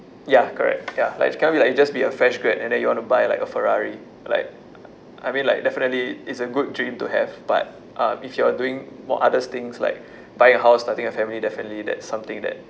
ya correct ya like you cannot be like you just be a fresh grad and then you want to buy like a ferrari like I mean like definitely it's a good dream to have but um if you are doing more others things like buying a house starting a family definitely that's something that